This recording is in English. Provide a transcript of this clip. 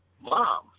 mom